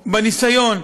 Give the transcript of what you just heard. בניסיון.